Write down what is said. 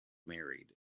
married